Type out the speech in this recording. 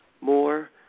more